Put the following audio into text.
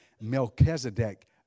Melchizedek